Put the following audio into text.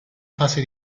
fase